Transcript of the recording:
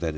that